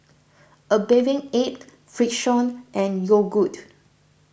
A Bathing Ape Frixion and Yogood